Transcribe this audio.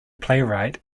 playwright